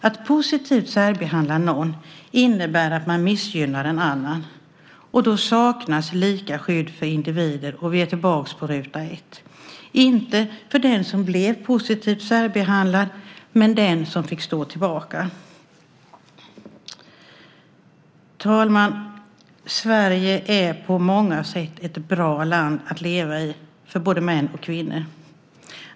Att positivt särbehandla någon innebär att man missgynnar en annan. Då saknas lika skydd för individer, och vi är tillbaka på ruta ett - inte för den som blev positivt särbehandlad, men för den som fick stå tillbaka. Fru talman! Sverige är på många sätt ett bra land att leva i för både män och kvinnor.